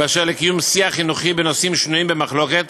באשר לקיום שיח חינוכי בנושאים שנויים במחלוקת,